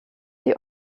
die